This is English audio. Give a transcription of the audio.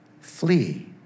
flee